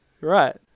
right